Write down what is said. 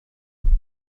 سأحضر